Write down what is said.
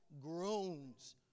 groans